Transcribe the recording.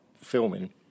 filming